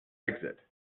exit